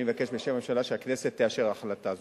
אני מבקש בשם הממשלה שהכנסת תאשר החלטה זו.